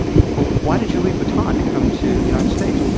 why did you leave bhutan to come to the united states?